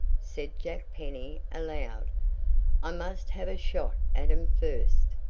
said jack penny aloud i must have a shot at em first.